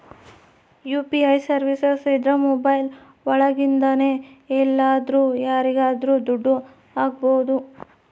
UPI services ಇದ್ರ mobile ಒಳಗಿಂದನೆ ಎಲ್ಲಾದ್ರೂ ಯಾರಿಗಾದ್ರೂ ದುಡ್ಡು ಹಕ್ಬೋದು